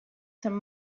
some